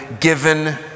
given